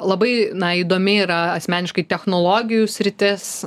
labai na įdomi yra asmeniškai technologijų sritis